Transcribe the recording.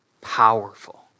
powerful